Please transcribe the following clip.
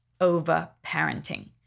over-parenting